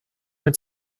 mit